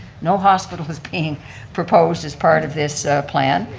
no hospital is being proposed as part of this plan,